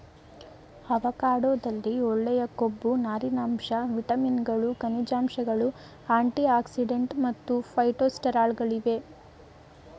ಅವಕಾಡೊದಲ್ಲಿ ಒಳ್ಳೆಯ ಕೊಬ್ಬು ನಾರಿನಾಂಶ ವಿಟಮಿನ್ಗಳು ಖನಿಜಾಂಶಗಳು ಆಂಟಿಆಕ್ಸಿಡೆಂಟ್ ಮತ್ತು ಫೈಟೊಸ್ಟೆರಾಲ್ಗಳಿವೆ